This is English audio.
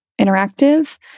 interactive